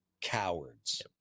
cowards